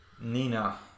Nina